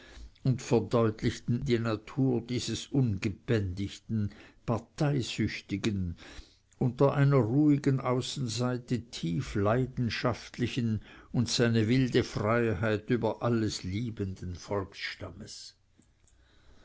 und verdeutlichten ihm die natur dieses ungebändigten parteisüchtigen unter einer ruhigen außenseite tief leidenschaftlichen und seine wilde freiheit über alles liebenden volksstammes